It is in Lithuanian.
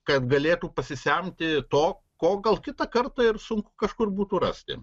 kad galėtų pasisemti to ko gal kitą kartą ir sunku kažkur būtų rasti